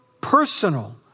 personal